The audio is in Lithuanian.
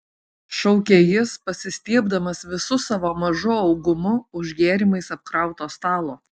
šaukė jis pasistiebdamas visu savo mažu augumu už gėrimais apkrauto stalo